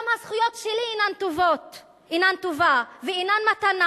גם הזכויות שלי אינן טובה ואינן מתנה.